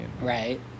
right